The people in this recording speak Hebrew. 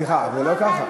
סליחה, זה לא ככה.